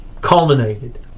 culminated